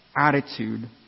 attitude